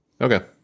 Okay